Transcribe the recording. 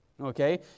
okay